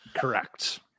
Correct